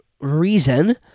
reason